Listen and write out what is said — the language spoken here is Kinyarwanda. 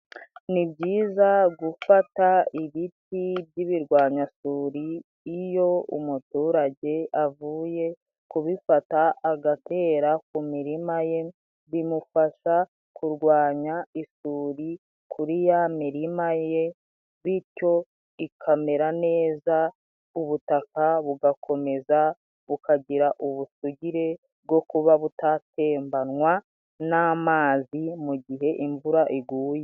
Ni byiza gufata ibiti by'ibirwanyasuri, iyo umuturage avuye kubifata agatera ku mirima ye, bimufasha kurwanya isuri kuri ya mirima ye bityo ikamera neza, ubutaka bugakomeza bukagira ubusugire bwo kuba butatembanwa n'amazi, mu gihe imvura iguye.